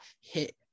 hit